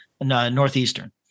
Northeastern